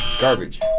Garbage